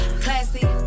Classy